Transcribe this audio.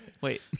Wait